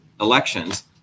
elections